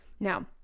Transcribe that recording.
Now